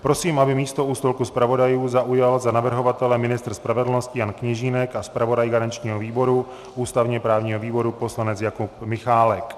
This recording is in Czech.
Prosím, aby místo u stolku zpravodajů zaujal za navrhovatele ministr spravedlnosti Jan Kněžínek a zpravodaj garančního výboru ústavněprávního výboru poslanec Jakub Michálek.